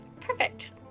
Perfect